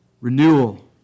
renewal